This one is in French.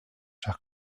cher